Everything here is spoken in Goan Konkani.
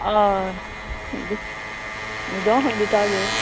हय न्हिदो खंय दिता गे